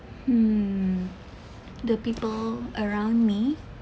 mm the people around me